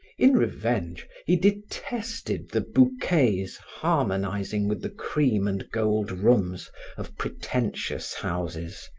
in revenge he detested the bouquets harmonizing with the cream and gold rooms of pretentious houses.